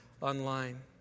online